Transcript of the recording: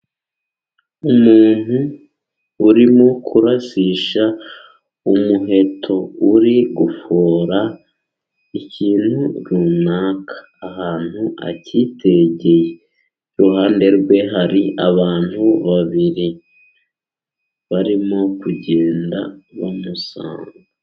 Umuntu urimo kurasisha umuheto, uri gufora ikintu runaka ahantu akitegeye, iruhande rwe hari abantu babiri, barimo kugenda bamusanga.